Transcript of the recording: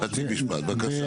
חצי משפט, בבקשה.